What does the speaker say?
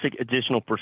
additional